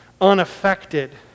unaffected